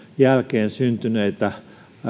jälkeen syntyneitä